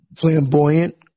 flamboyant